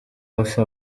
hafi